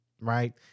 right